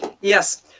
Yes